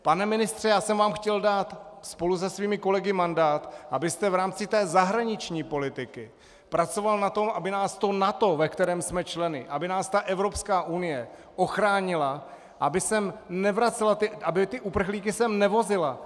Pane ministře, chtěl jsem vám dát spolu se svými kolegy mandát, abyste v rámci té zahraniční politiky pracoval na tom, aby nás to NATO, ve kterém jsme členy, aby nás ta Evropská unie ochránila, aby sem nevracela, aby ty uprchlíky sem nevozila.